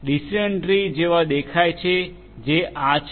તેથી decision tree જેવા દેખાય છે જે આ છે